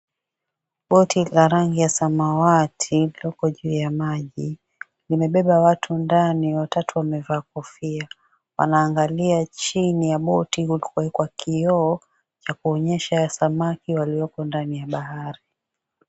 Boti la rangi ya samawati lilioko juu ya maji, limebeba watu ndani. Watatu wamevaa kofia, wanaangalia chini ya boti ulikoekwa kioo cha kuonyesha samaki walioko ndani ya bahari.